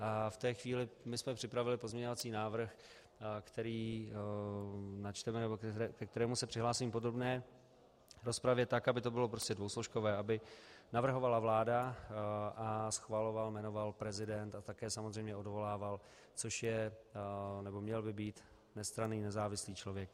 V té chvíli my jsme připravili pozměňovací návrh, který načteme nebo ke kterému se přihlásím v podrobné rozpravě, tak, aby to bylo dvousložkové, aby navrhovala vláda a schvaloval, jmenoval prezident, a také samozřejmě odvolával, což je, nebo měl by být nestranný, nezávislý člověk.